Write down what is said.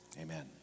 Amen